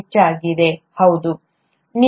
ಹೆಚ್ಚಾಗಿ ಹೌದು ಸರಿ